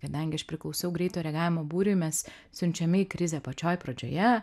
kadangi aš priklausiau greito reagavimo būriui mes siunčiami į krizę pačioj pradžioj